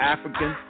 African